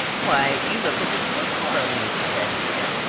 why, you look as if you were quarreling, she said to edith,